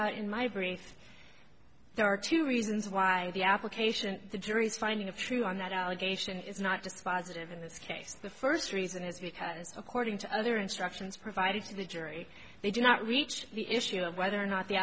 out in my brief there are two reasons why the application the jury's finding of true on that allegation is not just positive in this case the first reason is because according to other instructions provided to the jury they do not reach the issue of whether or not the